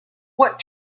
what